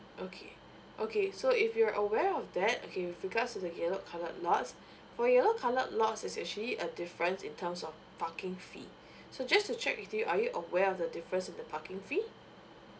okay okay so if you're aware of that okay with regards to the yellow coloured lots for yellow coloured lots is actually a difference in terms of parking fee so just to check with you are you aware of the difference in the parking fee